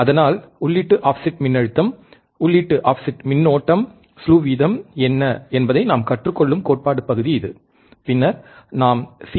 அதனால் உள்ளீட்டு ஆஃப்செட் மின்னழுத்தம் உள்ளீட்டு ஆஃப்செட் மின்னோட்டம் ஸ்லு வீதம் என்ன என்பதை நாம் கற்றுக் கொள்ளும் கோட்பாட்டு பகுதி இது பின்னர் நாம் சி